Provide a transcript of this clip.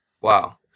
Wow